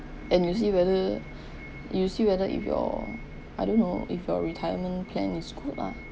and you see whether you see whether if your I don't know if your retirement plan is good ah